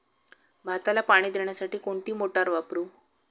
भाताला पाणी देण्यासाठी कोणती मोटार वापरू?